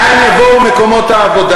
מאין יבואו מקומות העבודה?